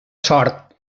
sort